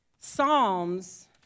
Psalms